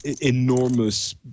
enormous